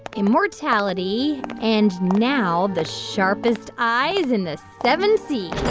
immortality and now the sharpest eyes in the seven seas.